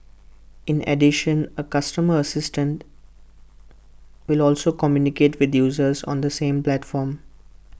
in addition A customer assistant will also communicate with users on the same platforms